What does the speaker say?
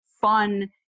fun